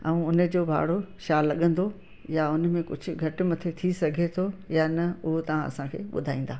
ऐं उन जो भाड़ो छा लॻंदो या उन में कुझु घटि मथे थी सघे थो या न उहो तव्हां असांखे ॿुधाईंदा